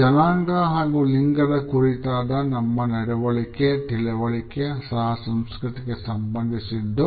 ಜನಾಂಗ ಹಾಗೂ ಲಿಂಗದ ಕುರಿತಾದ ನಮ್ಮ ತಿಳುವಳಿಕೆ ಸಹ ಸಂಸ್ಕೃತಿಗೆ ಸಂಬಂಧಿಸಿದ್ದು